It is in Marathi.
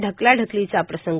ढकलाढकलीचा प्रसंग